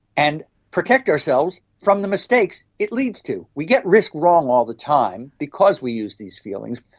and protect ourselves from the mistakes it leads to. we get risk wrong all the time because we use these feelings.